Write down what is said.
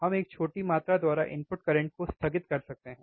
हम एक छोटी मात्रा द्वारा इनपुट करंट को स्थगित कर सकते हैं